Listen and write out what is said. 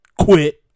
Quit